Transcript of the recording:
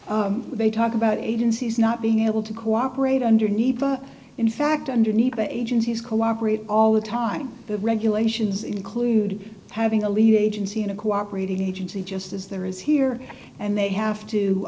when they talk about agencies not being able to cooperate underneath in fact underneath the agencies cooperate all the time the regulations include having a lead agency in a cooperating agency just as there is here and they have to